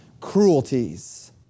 cruelties